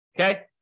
Okay